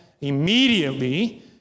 immediately